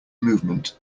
movement